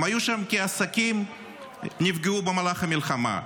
הם היו שם כעסקים שנפגעו במהלך המלחמה,